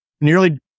nearly